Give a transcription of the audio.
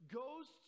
goes